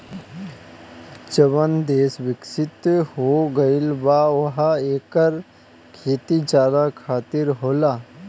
जवन देस बिकसित हो गईल बा उहा एकर खेती चारा खातिर होला